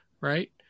Right